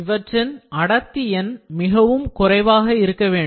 இவற்றின் அடர்த்தி எண் மிகவும் குறைவாக இருக்க வேண்டும்